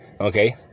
Okay